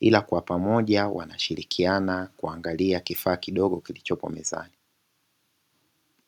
ila kwa pamoja wanashirikiana kuangalia kifaa kidogo kilichopo mezani.